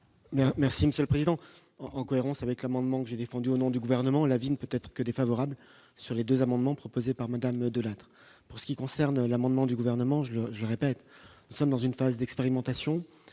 Merci Monsieur le Président, en cohérence avec l'amendement que j'ai défendu au nom du gouvernement, la vie ne peut être que défavorable sur les 2 amendements proposés par Madame De Lattre, pour ce qui concerne l'amendement du gouvernement, je vais, je répète : nous sommes dans une phase d'expérimentation